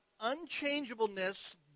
unchangeableness